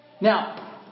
Now